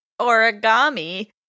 origami